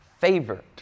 favored